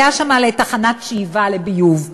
היה שם לתחנת שאיבה לביוב,